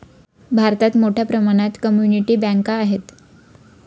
भारतात मोठ्या प्रमाणात कम्युनिटी बँका आहेत